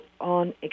on